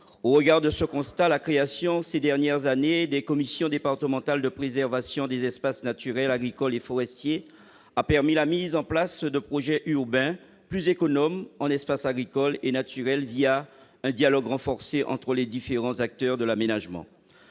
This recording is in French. Au regard de ce constat, la création, ces dernières années, des commissions départementales de la préservation des espaces naturels, agricoles et forestiers, les CDPENAF, a permis la mise en place de projets urbains plus économes en espaces agricoles et naturels, un dialogue renforcé entre les différents acteurs de l'aménagement.